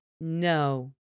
no